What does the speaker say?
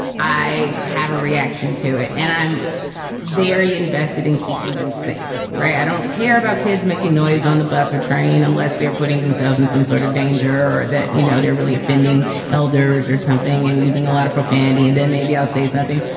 i have a reaction to it and i'm very invested in keeping them safe. right. i don't care about kids making noise on the bus or train unless they're putting themselves in some sort of danger or that, you know, they're really offending elders or something and using a lot of profanity. and then maybe i'll say something.